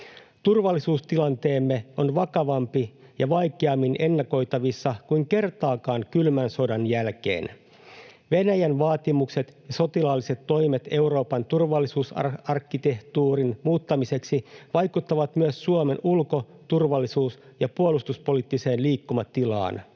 Turvallisuustilanteemme on vakavampi ja vaikeammin ennakoitavissa kuin kertaakaan kylmän sodan jälkeen. Venäjän vaatimukset ja sotilaalliset toimet Euroopan turvallisuusarkkitehtuurin muuttamiseksi vaikuttavat myös Suomen ulko-, turvallisuus- ja puolustuspoliittiseen liikkumatilaan.